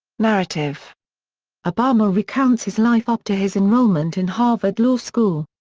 narrative obama recounts his life up to his enrollment in harvard law school.